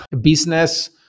business